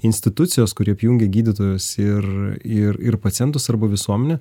institucijos kuri apjungia gydytojus ir ir ir pacientų svarbu visuomenę